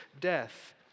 death